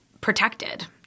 protected